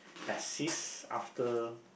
assist after